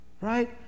right